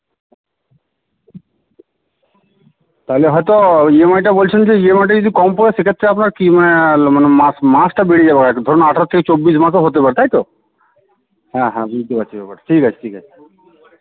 তাহলে হয়তো ইএমআইটা বলছেন যে ইএমআইটা যদি কম পড়ে সেক্ষেত্রে আপনার কি মানে মানে মাস মাসটা বেড়ে যাবে আর একটু ধরুন আঠাশ থেকে চব্বিশ মাসও হতে পারে তাই তো হ্যাঁ হ্যাঁ বুঝদতে পারছি ব্যাপারটা ঠিক আছে ঠিক আছে